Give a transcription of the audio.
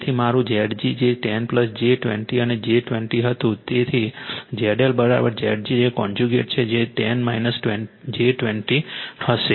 તેથી મારું Zg જે 10 j 20 અને j 20 હતું તેથી ZLZg કોન્ઝયુગેટ જે 10 j 20 હશે